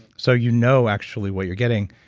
so you know actually what you're getting.